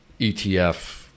etf